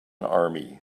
army